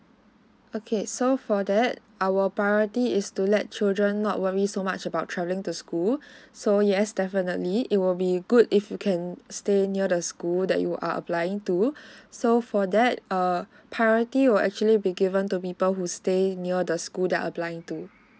okay so for that our priority is to let children not worry so much about travelling to school so yes definitely it will be good if you can stay near the school that you are applying to so for that err priority will actually be given to people who stay near the school they're applying to